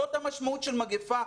זאת המשמעות של מגפה.